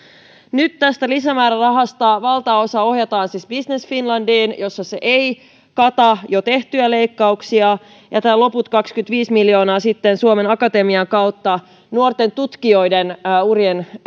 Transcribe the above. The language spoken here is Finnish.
nyt tästä lisämäärärahasta valtaosa ohjataan siis business finlandiin jossa se ei kata jo tehtyjä leikkauksia ja tämä loput kaksikymmentäviisi miljoonaa sitten suomen akatemian kautta nuorten tutkijoiden urien